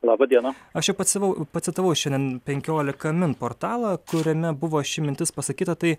laba diena aš jau pacitavau pacitavau šiandien penkiolika min portalą kuriame buvo ši mintis pasakyta tai